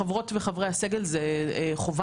לחברות ולחברי הסגל זה חובה.